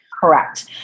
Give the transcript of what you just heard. correct